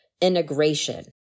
integration